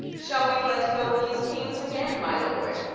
shall we let go these kings again, my lord,